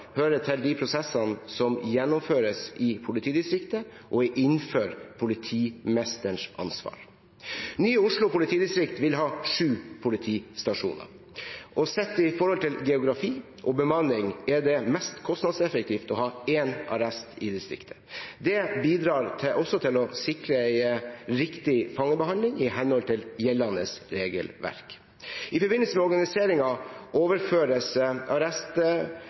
hører til de prosessene som gjennomføres i politidistriktet, og er innenfor politimesterens ansvar. Nye Oslo politidistrikt vil ha sju politistasjoner, og sett i forhold til geografi og bemanning er det mest kostnadseffektivt å ha én arrest i distriktet. Det bidrar også til å sikre en riktig fangebehandling i henhold til gjeldende regelverk. I forbindelse med organiseringen overføres